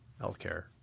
healthcare